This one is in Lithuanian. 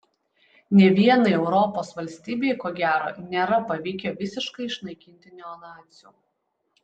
nė vienai europos valstybei ko gero nėra pavykę visiškai išnaikinti neonacių